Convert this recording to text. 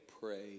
pray